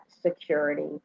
security